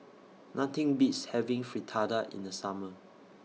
Nothing Beats having Fritada in The Summer